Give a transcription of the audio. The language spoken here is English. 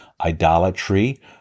idolatry